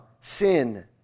sin